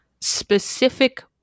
specific